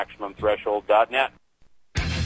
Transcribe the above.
MaximumThreshold.net